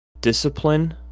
discipline